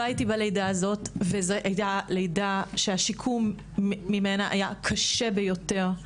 לא הייתי בלידה הזאת וזו הייתה לידה שהשיקום ממנה היה קשה ביותר.